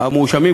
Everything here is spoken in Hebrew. המואשמים,